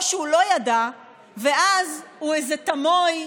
או שהוא לא ידע ואז הוא איזה תמוי,